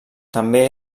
també